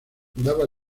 daba